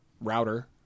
router